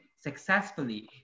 successfully